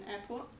airport